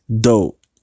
dope